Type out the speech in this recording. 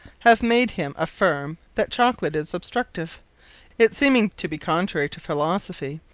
have made him affirme, that chocolate is obstructive it seeming to be contrary to philosophy,